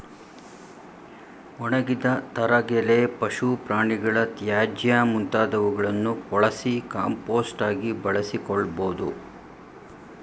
ಒಣಗಿದ ತರಗೆಲೆ, ಪಶು ಪ್ರಾಣಿಗಳ ತ್ಯಾಜ್ಯ ಮುಂತಾದವುಗಳನ್ನು ಕೊಳಸಿ ಕಾಂಪೋಸ್ಟ್ ಆಗಿ ಬಳಸಿಕೊಳ್ಳಬೋದು